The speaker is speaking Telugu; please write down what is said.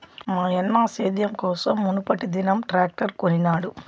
మాయన్న సేద్యం కోసం మునుపటిదినం ట్రాక్టర్ కొనినాడు